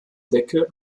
decke